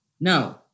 No